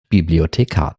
bibliothekar